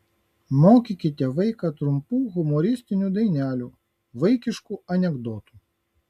mokykite vaiką trumpų humoristinių dainelių vaikiškų anekdotų